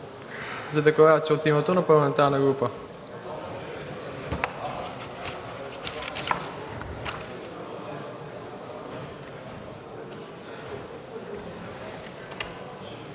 за декларация от името на парламентарна група.